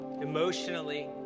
emotionally